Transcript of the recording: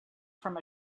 from